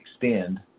Extend